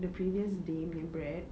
the previous day punya bread